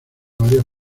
varias